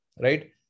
right